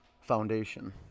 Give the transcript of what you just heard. foundation